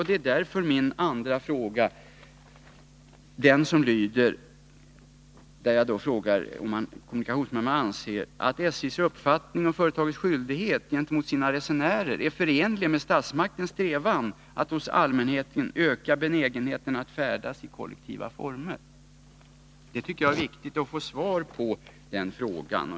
Det är därför jag ställde min andra fråga, om kommunikationsministern anser att SJ:s uppfattning om företagets skyldighet gentemot sina resenärer är förenlig med statsmakternas strävan att hos allmänheten öka benägenheten att färdas i kollektiva former. Jag tycker att det är viktigt att få svar på den frågan.